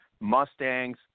Mustangs